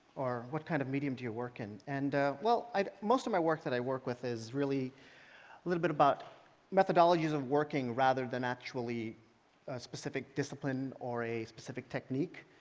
or what kind of medium do you work in? and well most of my work that i work with is really a little bit about methodologies of working rather than actually a specific discipline or a specific technique.